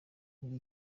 muri